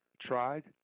tried